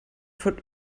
von